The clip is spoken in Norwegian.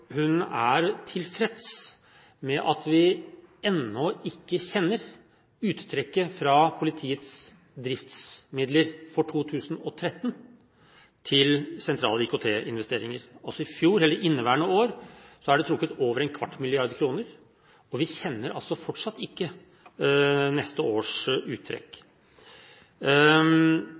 hun er tilfreds med at vi ennå ikke kjenner uttrekket fra politiets driftsmidler for 2013 til sentrale IKT-investeringer. I inneværende år er det da trukket over ¼ mrd. kr, og vi kjenner altså fortsatt ikke neste års uttrekk.